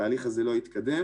התהליך הזה לא התקדם.